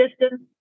distance